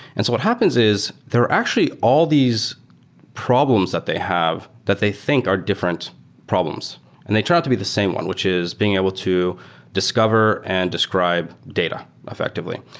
and so what happens is there are actually all these problems that they have that they think are different problems and they try out to be the same one, which is being able to discover and describe data effectively.